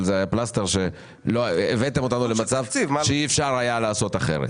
אבל זה היה פלסטר כאשר הבאתם אותנו למצב שאי אפשר היה לעשות אחרת.